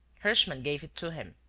herschmann gave it to him.